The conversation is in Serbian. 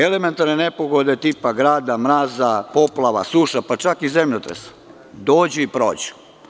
Elementarne nepogode tipa grada, mraza, poplava, suša, pa čak i zemljotresa, dođu i prođu.